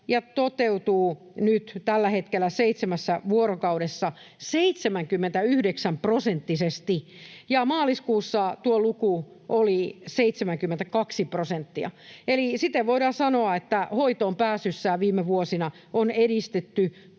se toteutuu nyt tällä hetkellä seitsemässä vuorokaudessa 79-prosenttisesti, ja maaliskuussa tuo luku oli 72 prosenttia. Eli siten voidaan sanoa, että hoitoonpääsyssä viime vuosina on edistytty